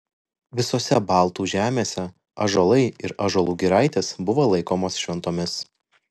visose baltų žemėse ąžuolai ir ąžuolų giraitės buvo laikomos šventomis